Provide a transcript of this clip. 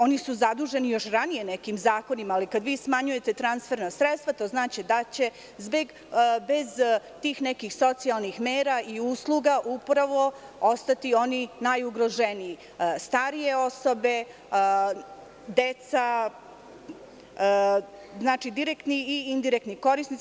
Oni su zaduženi još ranije nekim zakonima, ali kada vi smanjujete transferna sredstva, to znači da će bez tih nekih socijalnih mera i usluga upravo ostati oni najugroženiji, starije osobe, deca, direktni i indirektni korisnici.